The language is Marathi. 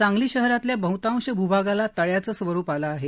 सांगली शहरातल्या बहतांश भूभागाला तळ्याचं स्वरूप आलं आहे